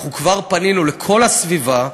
אנחנו כבר פנינו לכל הסביבה,